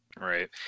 right